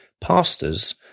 Pastors